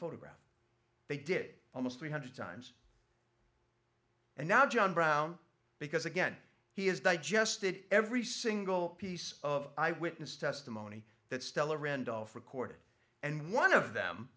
photograph they did almost three hundred times and now john browne because again he has digested every single piece of eyewitness testimony that stella randolph recorded and one of them